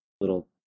little